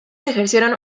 ejercieron